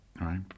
right